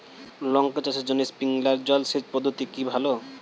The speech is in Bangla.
লঙ্কা চাষের জন্য স্প্রিংলার জল সেচ পদ্ধতি কি ভালো?